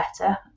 better